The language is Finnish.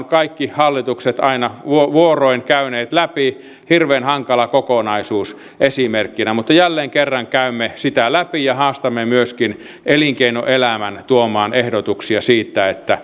kaikki hallitukset aina vuoroin käyneet läpi hirveän hankala kokonaisuus esimerkkinä mutta jälleen kerran käymme sitä läpi ja haastamme myöskin elinkeinoelämän tuomaan ehdotuksia siitä